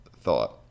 thought